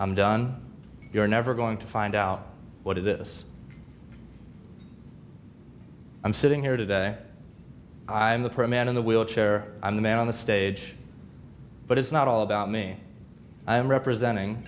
i'm done you're never going to find out what is this i'm sitting here today i'm the pro man in the wheelchair i'm the man on the stage but it's not all about me i'm representing